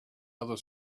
other